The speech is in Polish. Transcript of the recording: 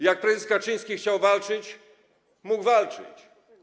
Jak prezes Kaczyński chciał walczyć, mógł walczyć.